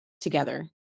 together